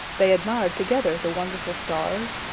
they admired together the wonderful stars,